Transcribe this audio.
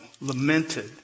lamented